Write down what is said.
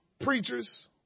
preachers